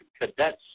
cadets